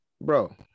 bro